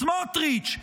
סמוטריץ',